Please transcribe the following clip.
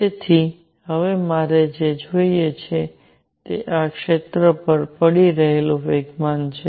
તેથી હવે મારે જે જોઈએ છે તે આ ક્ષેત્ર પર પડી રહેલૂ વેગમાન છે